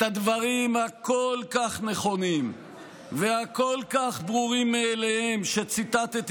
את הדברים הכל-כך נכונים והכל-כך ברורים מאליהם שציטטתי